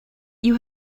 you